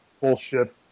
bullshit